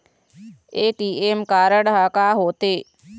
ATM card हा का होते?